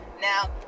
now